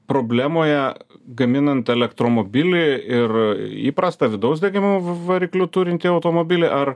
problemoje gaminant elektromobilį ir įprastą vidaus degimo varikliu turintį automobilį ar